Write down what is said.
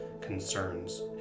concerns